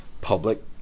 public